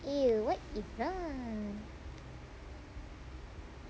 what if